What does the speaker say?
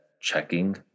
checking